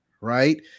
right